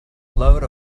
load